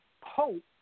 hope